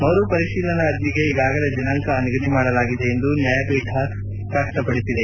ಮರು ಪರಿಶೀಲನಾ ಅರ್ಜಿಗೆ ಈಗಾಗಲೇ ದಿನಾಂಕ ನಿಗದಿ ಮಾಡಲಾಗಿದೆ ಎಂದು ನ್ನಾಯಪೀಠ ಸ್ವಪ್ನಪಡಿಸಿದೆ